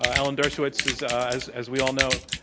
alan dershowitz is, as as we all know,